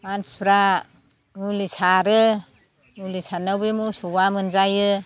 मानसिफ्रा मुलि सारो मुलि सारनायाव बे मोसौआ मोनजायो